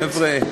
חבר'ה.